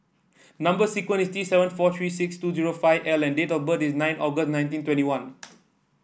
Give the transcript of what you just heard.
number sequence is T seven four three six two zero five L and date of birth is nine August nineteen twenty one